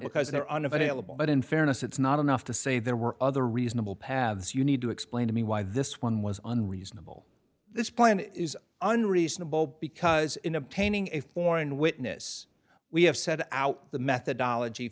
because they're unavailable but in fairness it's not enough to say there were other reasonable paths you need to explain to me why this one was unreasonable this plan is unreasonable because in obtaining a foreign witness we have set out the methodology